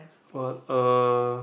what uh